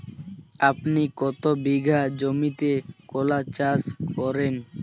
আপনি কত বিঘা জমিতে কলা চাষ করেন?